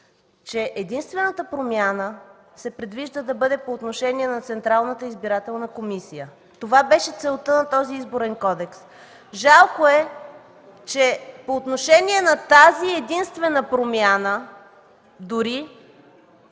че единствената промяна се предвижда да бъде по отношение на Централната избирателна комисия. Това беше целта на този Изборен кодекс. Жалко е, че по отношение на тази единствена промяна дори,